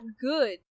good